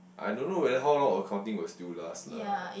I don't know whether how long accounting still last lah